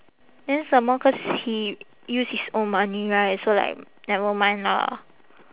then some more cause he use his own money right so like never mind lah